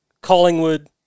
Collingwood